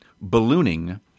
ballooning